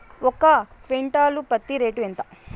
ఒక క్వింటాలు పత్తి రేటు ఎంత?